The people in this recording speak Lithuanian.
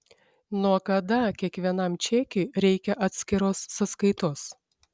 nuo kada kiekvienam čekiui reikia atskiros sąskaitos